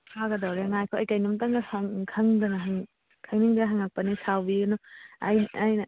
ꯐꯥꯒꯗꯧꯔꯦ ꯉꯥꯏꯈꯣ ꯑꯩ ꯀꯩꯅꯣꯝꯇꯪꯒ ꯈꯪꯅꯤꯡꯗꯅ ꯍꯪꯉꯛꯄꯅꯦ ꯁꯥꯎꯕꯤꯒꯅꯨ ꯑꯩꯅ